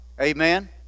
Amen